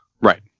Right